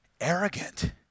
arrogant